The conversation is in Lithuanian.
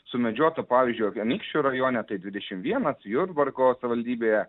sumedžiota pavyzdžiui anykščių rajone tai dvidešim vienas jurbarko savivaldybėje